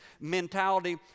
mentality